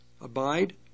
abide